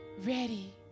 ready